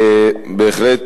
בהחלט,